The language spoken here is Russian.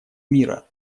мира